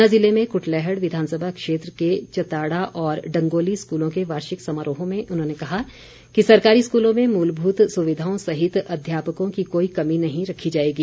ऊना ज़िले में कुटलैहड़ विधानसभा क्षेत्र के चताड़ा और डंगोली स्कूलों के वार्षिक समारोहों में उन्होंने कहा कि सरकारी स्कूलों में मूलभूत सुविधाओं सहित अध्यापकों की कोई कमी नहीं रखी जाएगी